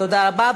תודה רבה.